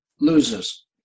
loses